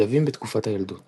שלבים בתקופת הילדות